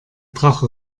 drache